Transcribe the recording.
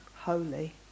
Holy